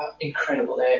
incredible